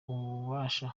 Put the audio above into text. ububasha